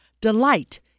delight